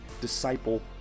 disciple